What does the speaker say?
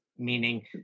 meaning